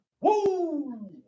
Woo